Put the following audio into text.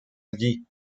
allí